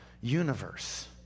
universe